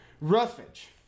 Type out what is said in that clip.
roughage